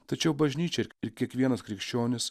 tačiau bažnyčia ir kiekvienas krikščionis